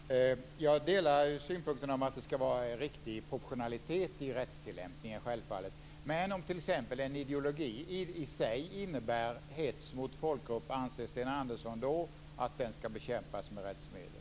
Herr talman! Jag delar självfallet synpunkten att det skall vara riktig proportionalitet i rättstillämpningen. Men om t.ex. en ideologi i sig innebär hets mot folkgrupp, anser Sten Andersson då att den skall bekämpas med rättsmedel?